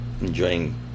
Enjoying